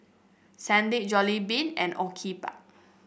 Sandisk Jollibean and Obike